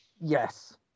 Yes